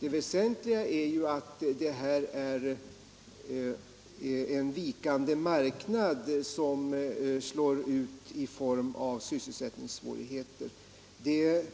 Det väsentligaste är att det är en vikande marknad som skapar sysselsättningssvårigheter. Det